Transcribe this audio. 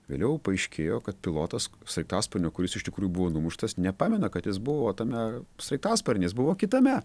vėliau paaiškėjo kad pilotas sraigtasparnio kuris iš tikrųjų buvo numuštas nepamena kad jis buvo tame sraigtasparny jis buvo kitame